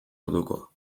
orduko